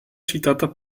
citata